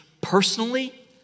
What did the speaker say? personally